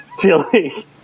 chili